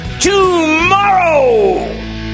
tomorrow